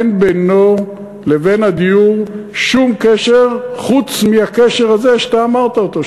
אין בינו לבין הדיור שום קשר חוץ מהקשר הזה שאתה אמרת אותו,